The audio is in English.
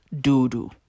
doo-doo